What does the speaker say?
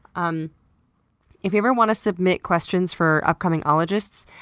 um if you ever want to submit questions for upcoming ologists,